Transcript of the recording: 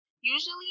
Usually